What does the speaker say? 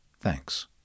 Thanks